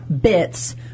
bits